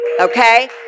Okay